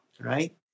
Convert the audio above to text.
right